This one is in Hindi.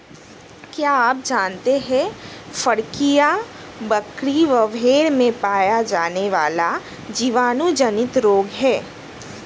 क्या आप जानते है फड़कियां, बकरी व भेड़ में पाया जाने वाला जीवाणु जनित रोग है?